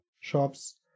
shops